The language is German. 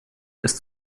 ist